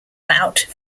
bout